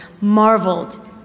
marveled